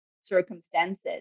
circumstances